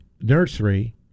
nursery